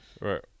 right